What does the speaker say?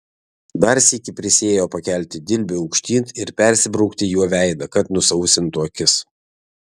dar sykį prisiėjo pakelti dilbį aukštyn ir persibraukti juo veidą kad nusausintų akis